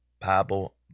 Bible